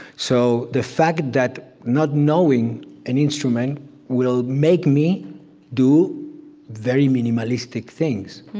so the fact that not knowing an instrument will make me do very minimalistic things,